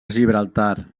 gibraltar